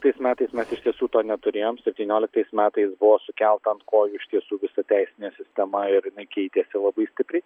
tais metais mes iš tiesų to neturėjom septynioliktais metais buvo sukelta ant kojų iš tiesų visa teisinė sistema ir keitėsi labai stipriai